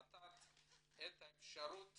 ות"ת, את האפשרות